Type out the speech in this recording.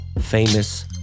famous